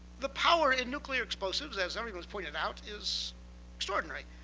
the power in nuclear explosives, as everyone's pointed out, is extraordinary.